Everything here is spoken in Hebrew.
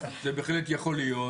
זה בהחלט יכול להיות